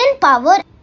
power